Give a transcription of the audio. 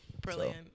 Brilliant